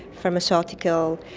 pharmaceutical,